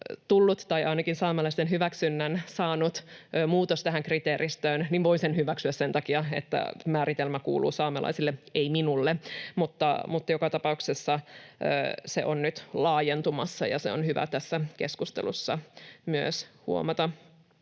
tai ainakin saamelaisten hyväksynnän saanut muutos tähän kriteeristöön, niin voin sen hyväksyä sen takia, että määritelmä kuuluu saamelaisille, ei minulle. Mutta joka tapauksessa se on nyt laajentumassa, ja se on hyvä tässä keskustelussa myös huomata.